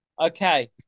Okay